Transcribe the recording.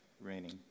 raining